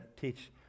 teach